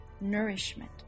Nourishment